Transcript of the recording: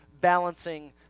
balancing